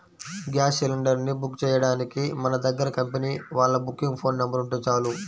gas cylinder ని book చెయ్యడానికి మన దగ్గర కంపెనీ వాళ్ళ బుకింగ్ ఫోన్ నెంబర్ ఉంటే చాలు